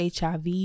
HIV